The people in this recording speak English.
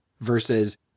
versus